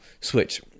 switch